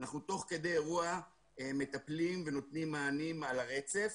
אנחנו תוך כדי אירוע מטפלים ונותנים מענים על הרצף.